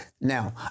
Now